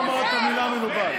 היא לא אמרה את המילה "מנוול".